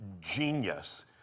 genius